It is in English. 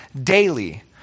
daily